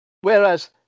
Whereas